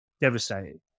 devastated